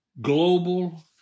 global